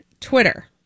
Twitter